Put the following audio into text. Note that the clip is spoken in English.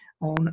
on